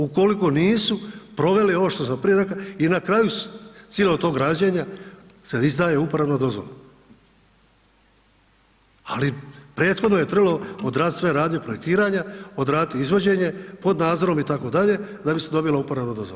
Ukoliko nisu proveli ovo što sam prije rekao i na kraju cilog tog građenja se izdaje uporabna dozvola, ali prethodno je trebalo odraditi sve radnje, projektiranja, odradit izvođenje pod nadzorom itd. da bi se dobila uporabna dozvola.